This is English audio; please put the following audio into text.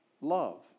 love